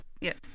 Yes